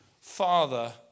Father